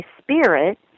spirit